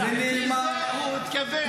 לזה הוא התכוון.